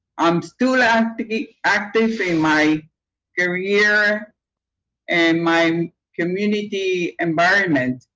i'm still active active in my career and my community environment.